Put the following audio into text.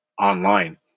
online